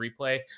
replay